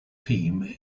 team